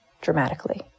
dramatically